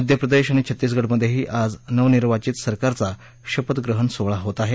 मध्यप्रदेश आणि छत्तीसगढमध्येही आज नवनिर्वाचित सरकारचा शपथग्रहण सोहळा होत आहे